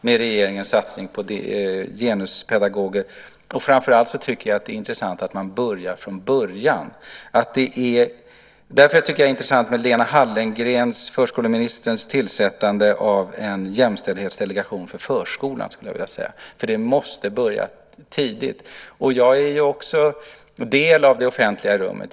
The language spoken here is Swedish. Regeringens satsning på genuspedagoger är intressant, framför allt att man börjar från början. Därför tycker jag också att förskoleminister Hallengrens tillsättande av en jämställdhetsdelegation för förskolan är spännande. Detta arbete måste börja tidigt. Också jag själv är en del av det offentliga rummet.